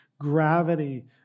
gravity